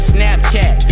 Snapchat